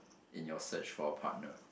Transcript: in your search for a partner